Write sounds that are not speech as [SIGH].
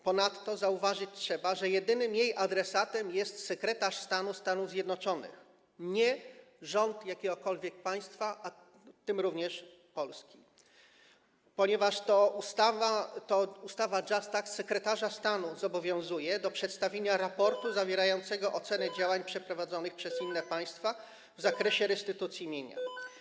Ponadto zauważyć trzeba, że jedynym jej adresatem jest sekretarz stanu Stanów Zjednoczonych, a nie rząd jakiegokolwiek państwa, w tym również Polski, ponieważ to sekretarza stanu ustawa JUST zobowiązuje do przedstawienia raportu [NOISE] zawierającego ocenę działań przeprowadzonych przez inne państwa w zakresie restytucji mienia.